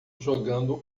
jogando